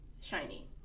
Shiny